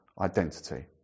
identity